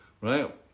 right